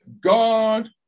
God